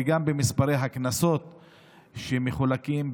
וגם במספרי הקנסות שמחולקים,